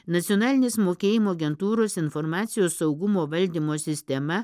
nacionalinės mokėjimo agentūros informacijos saugumo valdymo sistema